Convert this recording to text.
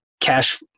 cash